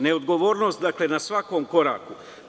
Neodgovornost na svakom koraku.